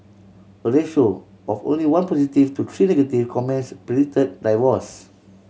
a ratio of only one positive to three negative comments predicted divorce